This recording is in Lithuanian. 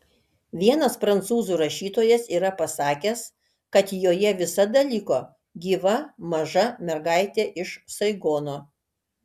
vienas prancūzų rašytojas yra pasakęs kad joje visada liko gyva maža mergaitė iš saigono